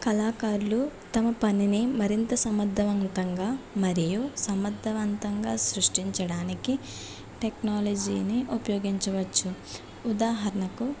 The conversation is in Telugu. కళాకారులు తమ పనిని మరింత సమర్థవంతంగా మరియు సమర్థవంతంగా సృష్టించడానికి టెక్నాలజీని ఉపయోగించవచ్చు ఉదాహరణకు